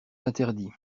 interdit